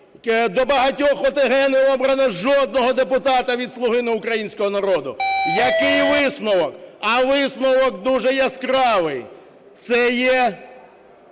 До багатьох ОТГ не обрано жодного депутата від "Слуги (не українського) народу". Який висновок? А висновок дуже яскравий – це є